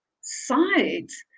sides